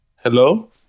hello